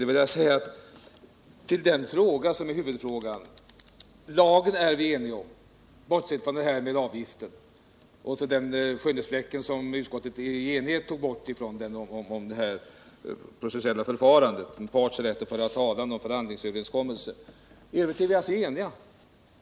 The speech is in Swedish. Vi är överens om lagen, bortsett från detta med avgiften och den skönhetsfläck som utskottet enigt tog bort beträffande det processuella förfarandet och parts rätt att föra talan samt beträffande förhandlingsöverenskommelser.